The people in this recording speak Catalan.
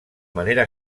manera